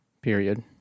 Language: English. period